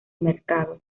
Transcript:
mercado